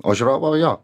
o žiūrovo jo